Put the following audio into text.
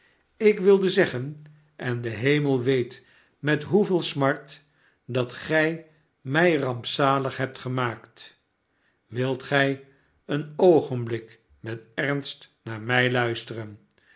ik wilde zeggen en de hemel weet met hoeveel smart dat gij mij rampzalig hebt gemaakt wilt gij een oogenblik met ernst naar mij luisteren